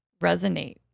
resonate